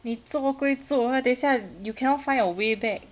你做归做等下 you cannot find your way back